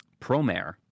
Promare